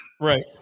Right